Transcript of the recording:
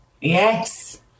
yes